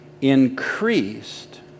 increased